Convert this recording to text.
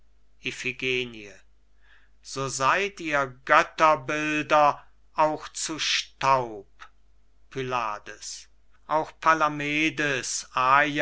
so seid ihr götterbilder auch zu staub pylades auch palamedes